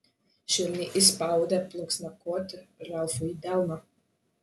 švelniai įspaudė plunksnakotį ralfui į delną